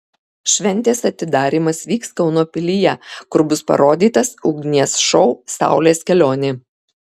šventės atidarymas vyks kauno pilyje kur bus parodytas ugnies šou saulės kelionė